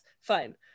fine